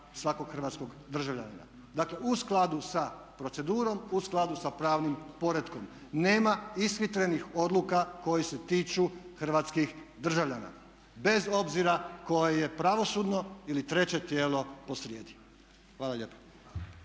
svakog hrvatskog državljanina. Dakle, u skladu sa procedurom, u skladu sa pravnim poretkom nema ishitrenih odluka koje se tiču hrvatskih državljana bez obzira koje je pravosudno ili treće tijelo posrijedi. Hvala lijepa.